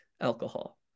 alcohol